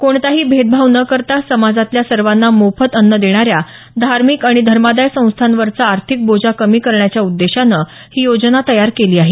कोणताही भेदभाव न करता समाजातल्या सर्वांना मोफत अन्न देणाऱ्या धार्मिक आणि धर्मादाय संस्थांवरचा आर्थिक बोजा कमी करण्याच्या उद्देशानं ही योजना तयार केली आहे